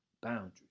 boundaries